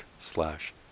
slash